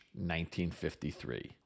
1953